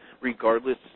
regardless